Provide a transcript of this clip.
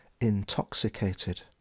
intoxicated